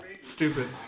stupid